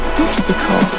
mystical